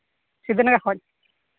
ᱠᱷᱚᱡ